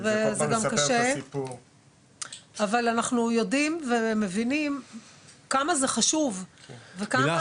אבל אנחנו יודעים ומבינים כמה זה חשוב וכמה